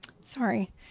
Sorry